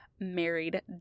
married